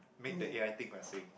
make the A_I thing lah saying